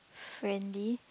friendly